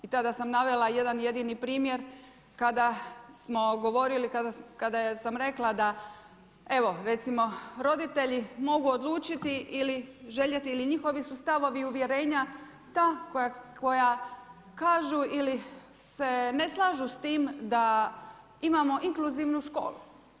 I tada sam navela jedan jedini primjer kada smo govorili, kada sam rekla da evo, recimo roditelji mogu odlučiti ili željeti ili njihovi su stavovi i uvjerenja ta koja kažu ili se ne slažu sa time da imamo inkluzivnu školu.